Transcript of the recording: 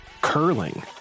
curling